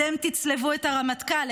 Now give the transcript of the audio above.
אתם תצלבו את הרמטכ"ל,